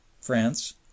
France